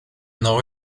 know